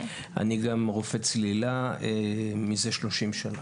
ואני גם רופא צלילה מזה 30 שנה.